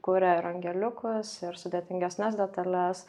kuria ir angeliukus ir sudėtingesnes detales